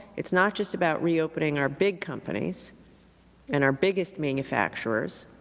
it is not just about reopening our big companies and our biggest manufacturers,